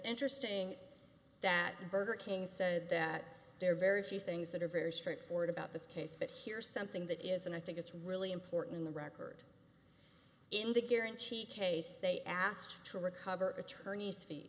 interesting that burger king said that there are very few things that are very straightforward about this case but here something that is and i think it's really important in the record in the guarantee case they asked to recover attorneys